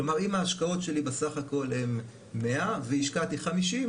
אם ההשקעות שלי בסך הכול הן 100 והשקעתי 50,